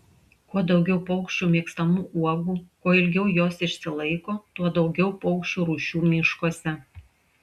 kuo daugiau paukščių mėgstamų uogų kuo ilgiau jos išsilaiko tuo daugiau paukščių rūšių miškuose